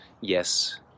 Yes